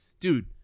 dude